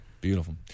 Beautiful